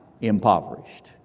impoverished